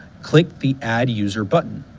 click the add user button.